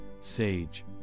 sage